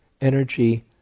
energy